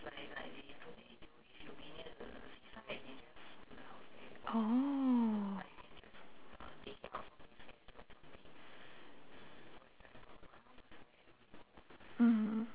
oh mm